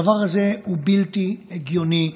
הדבר הזה הוא בלתי הגיוני,